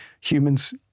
humans